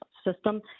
system